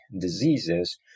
diseases